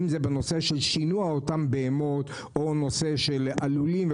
אם זה בשינוע הבהמות או הלולים.